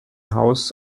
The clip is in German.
haus